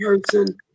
person